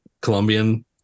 Colombian